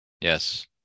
Yes